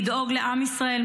לדאוג לעם ישראל,